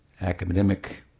academic